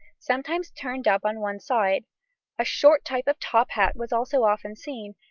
sometimes turned up on one side a short type of top-hat was also often seen,